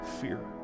fear